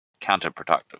counterproductive